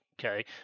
okay